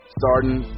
starting